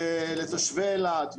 לתושבי אילת,